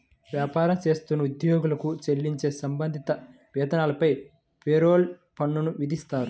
వ్యాపారం చేస్తున్న ఉద్యోగులకు చెల్లించే సంబంధిత వేతనాలపై పేరోల్ పన్నులు విధిస్తారు